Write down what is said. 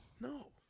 No